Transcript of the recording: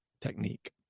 technique